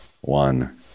one